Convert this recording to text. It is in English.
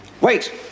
Wait